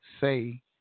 say